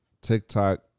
TikTok